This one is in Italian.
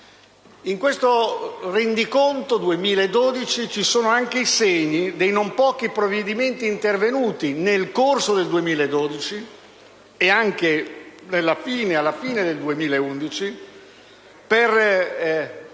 In questo rendiconto 2012 ci sono anche i segni dei non pochi provvedimenti intervenuti nel corso del 2012, e anche alla fine del 2011, per